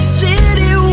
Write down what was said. city